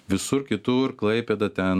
visur kitur klaipėda ten